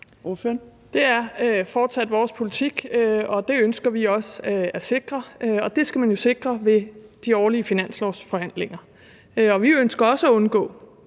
Det er fortsat vores politik. Det ønsker vi også at sikre, og det skal man jo sikre ved de årlige finanslovsforhandlinger. Vi ønsker også at undgå,